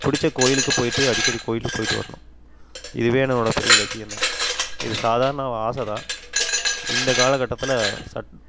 பிடிச்ச கோவிலுக்கு போயிட்டு அடிக்கடி கோவிலுக்கு போயிட்டு வரணும் இதுவே என்னோடய பெரிய லட்சியம் தான் இது சாதாரண ஆசை தான் இந்த காலக்கட்டத்தில் சட்